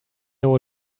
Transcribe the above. know